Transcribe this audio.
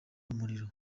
umuriro